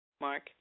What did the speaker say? Mark